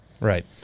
Right